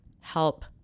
help